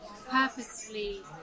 purposefully